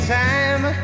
time